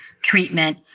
treatment